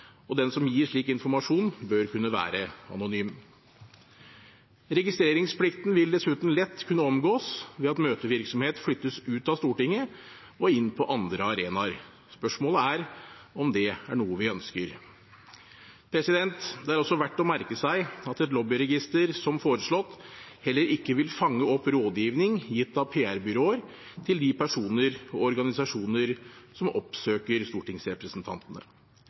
og den som gir slik informasjon, bør kunne være anonym. Registreringsplikten vil dessuten lett kunne omgås ved at møtevirksomhet flyttes ut av Stortinget og inn på andre arenaer. Spørsmålet er om det er noe vi ønsker. Det er også verdt å merke seg at et lobbyregister, slik det er foreslått, heller ikke vil fange opp rådgivning gitt av PR-byråer til de personer og organisasjoner som oppsøker stortingsrepresentantene.